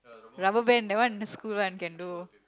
rubber band that one the school one can do